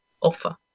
offer